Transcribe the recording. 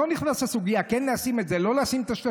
אני לא נכנס לסוגיה אם כן לשים את השלטים או לא לשים אותם.